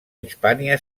hispània